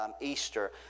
Easter